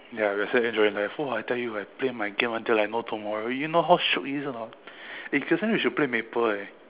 ya we are still enjoying life !wah! I tell you if I play my game like there is no tomorrow you know how shiok it is or not eh next time we should play maple eh